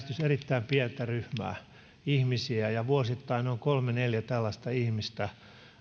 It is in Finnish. erittäin pientä ryhmää ihmisiä ja ja vuosittain noin kolme neljä tällaista ihmistä